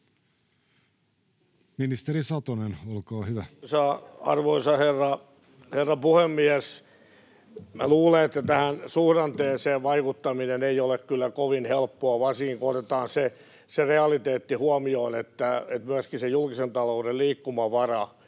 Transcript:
Ministeri Satonen, olkaa hyvä. Arvoisa herra puhemies! Minä luulen, että tähän suhdanteeseen vaikuttaminen ei kyllä ole kovin helppoa, varsinkin kun otetaan se realiteetti huomioon, että myöskin se julkisen talouden liikkumavara